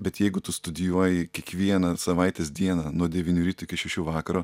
bet jeigu tu studijuoji kiekvieną savaitės dieną nuo devynių ryto iki šešių vakaro